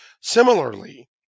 Similarly